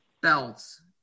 belts